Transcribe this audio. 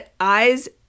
eyes